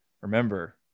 Remember